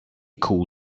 cool